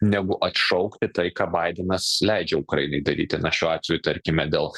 negu atšaukti tai ką baidenas leidžia ukrainai daryti na šiuo atveju tarkime dėl